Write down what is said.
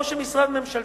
או שמשרד ממשלתי,